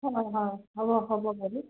হয় হয় হ'ব হ'ব বাইদেউ